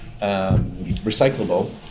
recyclable